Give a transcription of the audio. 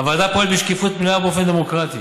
הוועדה פועלת בשקיפות מלאה ובאופן דמוקרטי.